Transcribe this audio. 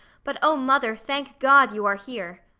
but oh, mother, thank god you are here!